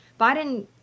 Biden